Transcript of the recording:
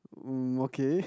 um okay